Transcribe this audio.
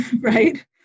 Right